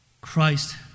Christ